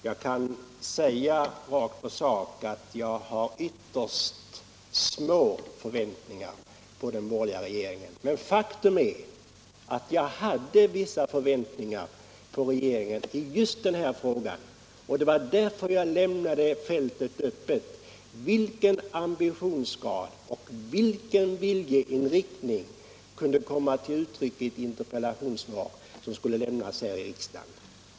För att gå rakt på sak vill jag säga att jag har ytterst små förväntningar på den borgerliga regeringen. Men faktum är att jag hade vissa förväntningar på regeringen i just denna fråga. Det var därför jag lämnade fältet öppet vad gäller vilken ambitionsgrad och viljeinriktning som kunde komma till uttryck i ett interpellationssvar, som skulle lämnas här i riksdagen.